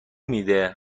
میده